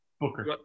Booker